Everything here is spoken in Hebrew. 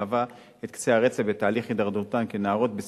היא קצה הרצף בתהליך הידרדרותן כנערות בסיכון.